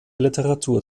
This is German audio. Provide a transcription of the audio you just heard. literatur